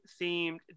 themed